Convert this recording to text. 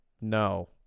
No